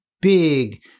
big